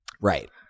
right